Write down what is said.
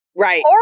Right